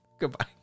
goodbye